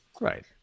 right